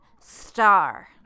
star